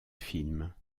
films